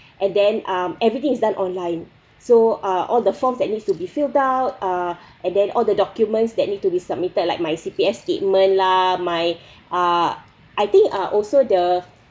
and then um everything is done online so uh all the forms that needs to be filled out uh and then all the documents that need to be submitted like my C_P_F statement lah my uh I think uh also the